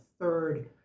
third